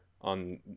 on